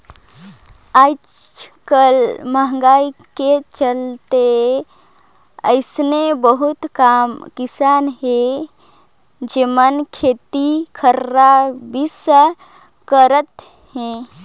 आयज कायल मंहगाई के चलते अइसन बहुत कम किसान हे जेमन खेत खार बिसा सकत हे